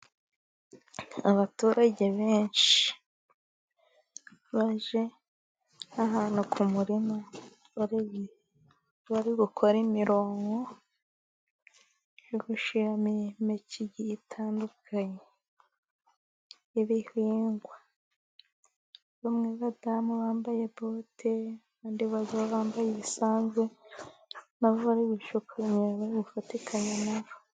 Abaturage benshi baje ahantu ku murima, bari bukore imirongo yo gushyiramo impeke zitandukanye z'ibihingwa. Bamwe b'abadamu bambaye bote, abandi bagabo bambaye ibisanzwe, n'abari gucukura imyobo bari bufatikanye na bo.